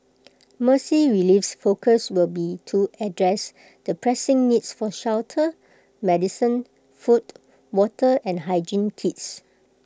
Mercy Relief's focus will be to address the pressing needs for shelter medicine food water and hygiene kits